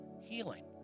healing